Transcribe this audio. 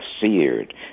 seared